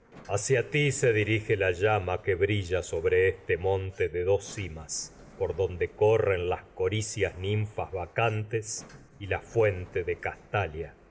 hacia ti se diri ge la llama que brilla sobre este monte de dos cimas por te donde corren las coricias ninfas bacantes y la fuen castalia